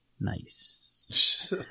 Nice